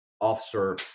officer